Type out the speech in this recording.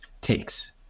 takes